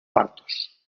partos